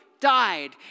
died